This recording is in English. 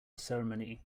ceremony